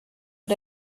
but